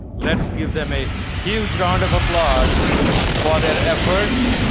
let's give them a huge round of applause for their efforts.